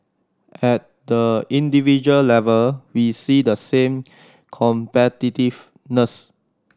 at the individual level we see the same competitiveness